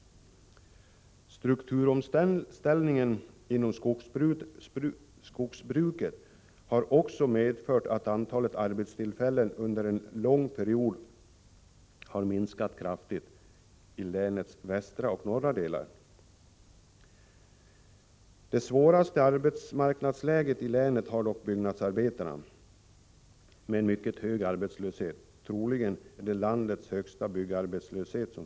Strukturomställningen inom skogsbruket har också medfört att antalet arbetstillfällen under en lång period har minskat kraftigt i länets västra och norra delar. Det svåraste arbetsmarknadsläget i länet har dock byggnadsarbetarna, med en mycket hög arbetslöshet. Troligen har Dalarna landets högsta byggarbetslöshet.